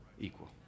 equal